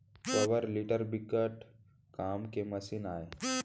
power tiller बिकट काम के मसीन आय